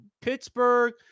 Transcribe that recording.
Pittsburgh